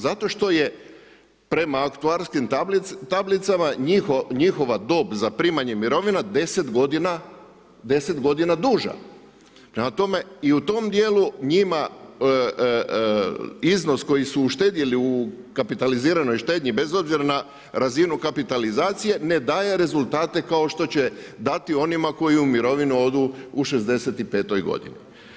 Zato što je prema aktuarskim tablicama njihova dob za primanje mirovina 10 godina duža, prema tome i u tom djelu njima iznos koji su uštedili u kapitaliziranoj štednji, bez obzira na razinu kapitalizacije, ne daje rezultate kao što će dati onima koji u mirovinu odu u 65. godini.